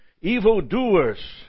evildoers